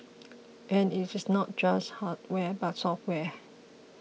and it is not just hardware but software